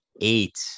eight